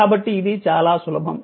కాబట్టి ఇది చాలా సులభం